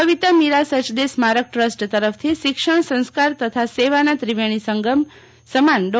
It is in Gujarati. કવિતા મીરા સચદે સ્મારક ટ્રસ્ટ તરફથી શિક્ષણ સંસ્કાર તથા સેવાના ત્રિવેણી સંગમ સમાન ડો